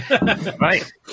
Right